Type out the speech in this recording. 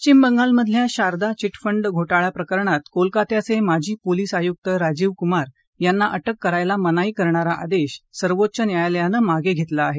पश्चिम बंगालमधल्या शारदा चिटफंड घोटाळा प्रकरणात कोलकात्याचे माजी पोलिस आयुक्त राजीव कुमार यांना अटक करायला मनाई करणारा आदेश सर्वोच्च न्यायालयानं मागे घेतला आहे